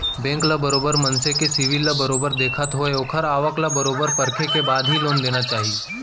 bank ल बरोबर मनसे के सिविल ल बरोबर देखत होय ओखर आवक ल बरोबर परखे के बाद ही लोन देना चाही